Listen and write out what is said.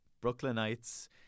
Brooklynites